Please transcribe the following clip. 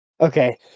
Okay